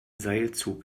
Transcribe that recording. seilzug